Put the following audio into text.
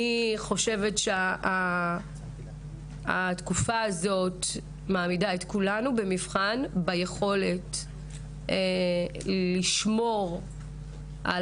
אני חושבת שהתקופה הזאת מעמידה את כולנו במבחן ביכולת לשמור על